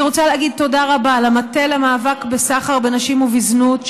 אני רוצה להגיד תודה רבה למטה למאבק בסחר בנשים ובזנות,